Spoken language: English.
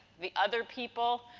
the other people